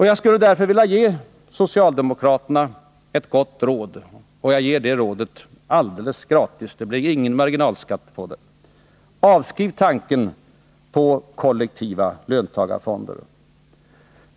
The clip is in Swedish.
Jag skulle därför vilja ge socialdemokraterna ett gott råd, och jag ger det rådet alldeles gratis. Det blir ingen marginalskatt på det. Avskriv tanken på kollektiva löntagarfonder!